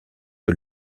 que